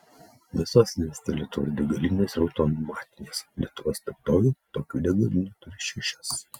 visos neste lietuvos degalinės yra automatinės lietuva statoil tokių degalinių turi šešias